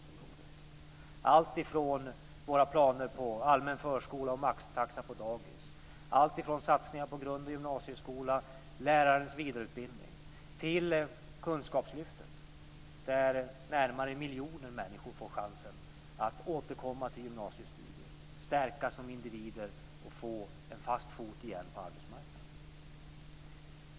Det är alltifrån våra planer på allmän förskola och maxtaxa på dagis och satsningar på grund och gymnasieskola och lärarnas vidareutbildning till kunskapslyftet, där närmare miljonen människor får chansen att återkomma till gymnasiestudier, stärkas som individer och få in en fot igen på arbetsmarknaden.